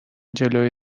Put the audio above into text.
جلوی